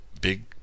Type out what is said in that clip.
big